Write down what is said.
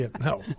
No